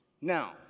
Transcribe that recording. Now